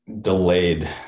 delayed